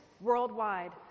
worldwide